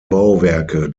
bauwerke